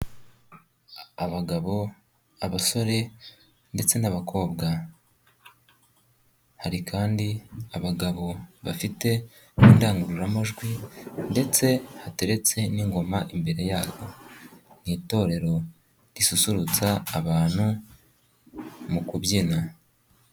Abagabo, abasore ndetse n'abakobwa. Hari kandi abagabo bafite indangururamajwi ndetse hateretse n'ingoma imbere yabo. Ni itorero risusurutsa abantu mu kubyina.